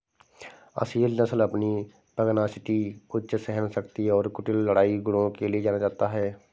असील नस्ल अपनी पगनासिटी उच्च सहनशक्ति और कुटिल लड़ाई गुणों के लिए जाना जाता है